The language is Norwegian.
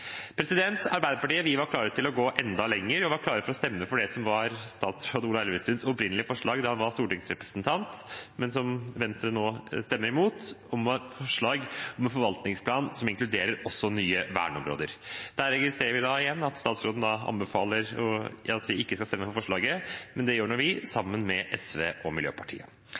var klare til å gå enda lenger og stemme for det som var statsråd Ola Elvestuens opprinnelige forslag da han var stortingsrepresentant, men som Venstre nå stemmer imot, et forslag om en forvaltningsplan som inkluderer også nye verneområder. Der registrerer vi igjen at statsråden anbefaler at vi ikke skal stemme for forslaget. Men det gjør nå vi, sammen med SV og Miljøpartiet